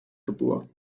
kapoor